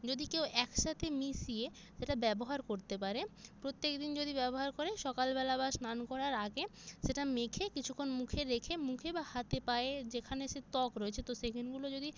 যদি কেউ একসাথে মিশিয়ে সেটা ব্যবহার করতে পারে প্রত্যেকদিন যদি ব্যবহার করে সকালবেলা বা স্নান করার আগে সেটা মেখে কিছুক্ষণ মুখে রেখে মুখে বা হাতে পায়ে যেখানে সে ত্বক রয়েছে তো সেখানগুলো যদি